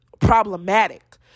problematic